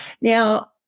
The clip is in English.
Now